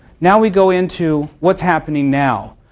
now we go into what's happening now.